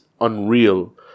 unreal